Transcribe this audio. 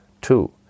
Two